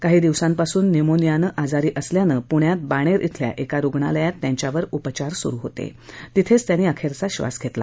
काही दिवसांपासून न्यूमोनियानं आजारी असल्यानं पूण्यात बाणू दुथल्या एका रुग्णालयात त्यांच्यावर उपचार सुरु होता तिथंच त्यांनी अखखा शास घत्तमा